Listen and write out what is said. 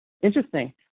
interesting